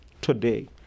today